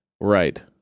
right